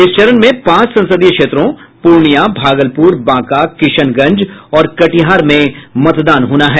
इस चरण में पांच संसदीय क्षेत्रों पूर्णियां भागलपुर बांका किशनगंज और कटिहार में मतदान होना है